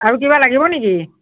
আৰু কিবা লাগিব নেকি